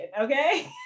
okay